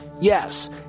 Yes